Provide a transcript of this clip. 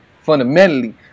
fundamentally